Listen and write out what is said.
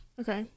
Okay